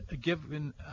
given